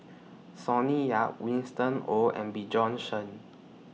Sonny Yap Winston Oh and Bjorn Shen